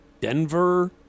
Denver